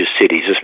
cities